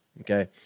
okay